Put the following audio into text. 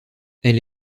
elle